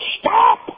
Stop